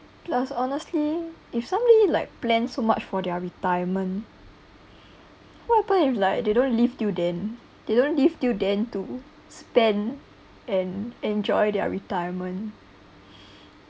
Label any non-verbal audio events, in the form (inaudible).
plus honestly if somebody like plan so much for their retirement what happen if like they don't live until then they don't live until then to spend and enjoy their retirement (breath)